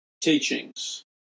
teachings